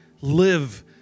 Live